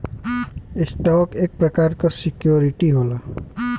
stock एक प्रकार क सिक्योरिटी होला